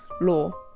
law